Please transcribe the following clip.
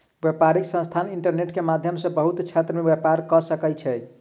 व्यापारिक संस्थान इंटरनेट के माध्यम सॅ बहुत क्षेत्र में व्यापार कअ सकै छै